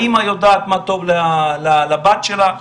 האמא יודעת מה טוב לבת שלה.